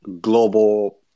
global